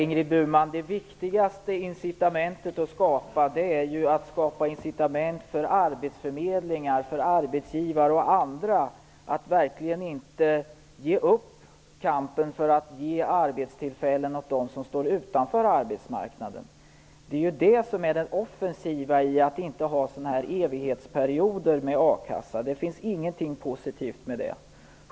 Fru talman! Det viktigaste, Ingrid Burman, är att skapa incitament för arbetsförmedlingar, arbetsgivare och andra att verkligen inte ge upp kampen för att åstadkomma arbetstillfällen för dem som står utanför arbetsmarknaden. Det är det som är det offensiva i att inte ha evighetsperioder för a-kasseersättning. Det finns ingenting positivt i det.